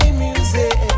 music